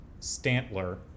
Stantler